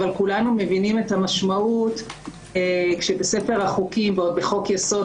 אבל כולנו מבינים את המשמעות שבספר החוקים נקבע בחוק יסוד